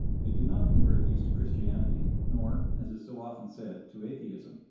they do not convert these to christianity nor, as is so often said, to atheism,